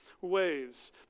ways